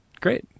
Great